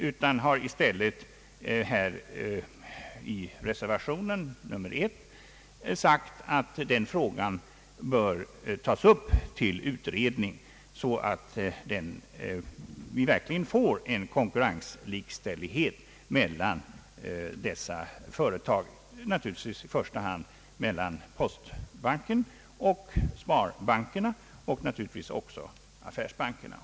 Vi har i stället i reservationen 1 sagt att den frågan bör tas upp till utredning så att vi verkligen får en konkurrenslikställighet mellan dessa företag — i första hand mellan postbanken och sparbankerna och naturligtvis också affärsbankerna.